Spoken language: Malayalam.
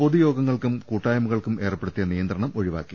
പൊതുയോഗങ്ങൾക്കും കൂട്ടായ്മകൾക്കും ഏർപ്പെടുത്തിയ നിയന്ത്രണം ഒഴിവാക്കി